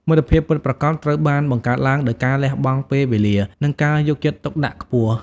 មិត្តភាពពិតប្រាកដត្រូវបានបង្កើតឡើងដោយការលះបង់ពេលវេលា និងការយកចិត្តទុកដាក់ខ្ពស់។